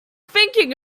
thinking